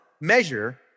measure